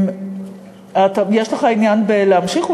יש לך עניין בלהמשיך?